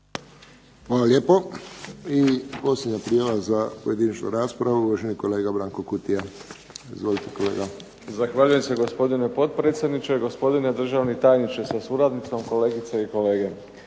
Hvala lijepo. I posljednja prijava za pojedinačnu raspravu uvaženi kolega Branko Kutija. **Kutija, Branko (HDZ)** Zahvaljujem se gospodine potpredsjedniče. Gospodine državni tajniče sa suradnicom, kolegice i kolege.